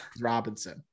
robinson